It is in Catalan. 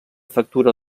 factura